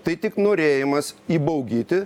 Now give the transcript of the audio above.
tai tik norėjimas įbaugyti